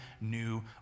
new